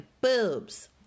boobs